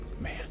Man